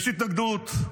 יש התנגדות,